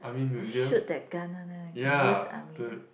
let's shoot that gun one lah can use army gun